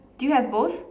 do you have both